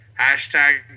hashtag